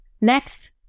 Next